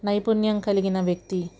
నైపుణ్యం కలిగిన వ్యక్తి